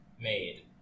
Made